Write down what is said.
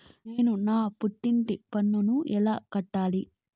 నేను నా ఇంటి పన్నును ఎలా కట్టాలి?